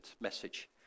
message